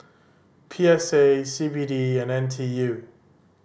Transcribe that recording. P S A C B D and N T U